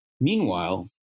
Meanwhile